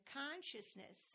consciousness